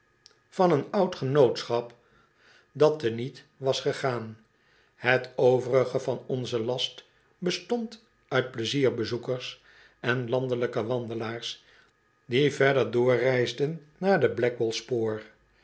van een oud genootschap datte niet was gegaan het overige van onzen last bestond uit pleizierzoekers en landelijke wandelaars die verder doorreisden naar de blackwall spoor